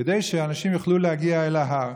כדי שאנשים יוכלו להגיע אל ההר.